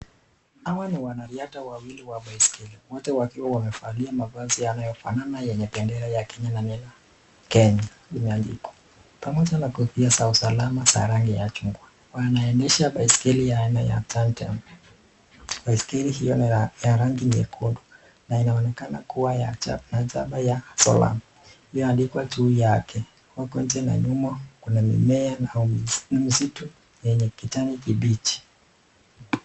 Hawa ni wanariadha wawili wa baiskeli. Mmoja wakiwa wamevalia mavazi yanayo fanana yenye bendera ya Kenya na neno Kenya imeandikwa. Pamoja na kofia zao za usalama za rangi ya chungwa, wanaonesha baiskeli ya aina ya( tanjam). Baiskeli hiyo ni ya rangi nyekundu. Na inaonekana kuwa ya maajaba ya sola iliyo andikiwa juu yake. Na nyuma Kuna mmea au ni msitu yenye kijani kibichi.